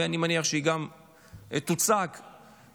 ואני מניח שהיא גם תוצג בתקשורת.